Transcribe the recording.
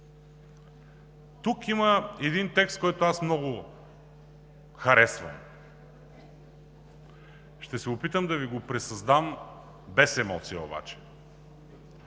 Тук има и един текст, който аз много харесвам – ще се опитам да Ви го пресъздам без емоция обаче.